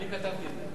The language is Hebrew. אני כתבתי את זה.